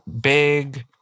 big